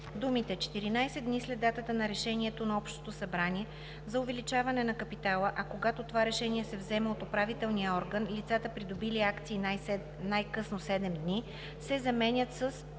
думите „14 дни след датата на решението на общото събрание за увеличаване на капитала, а когато това решение се взема от управителния орган – лицата, придобили акции най-късно 7 дни“ се заменят с